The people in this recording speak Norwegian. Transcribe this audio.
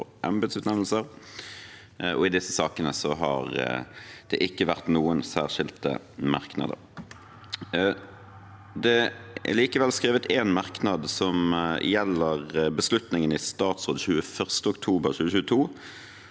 og embetsutnevnelser. I disse sakene har det ikke vært noen særskilte merknader. Det er likevel skrevet en merknad som gjelder beslutningen i statsråd 21. oktober 2022